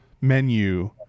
menu